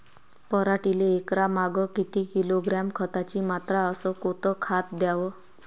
पराटीले एकरामागं किती किलोग्रॅम खताची मात्रा अस कोतं खात द्याव?